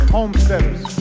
homesteaders